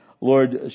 Lord